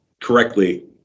correctly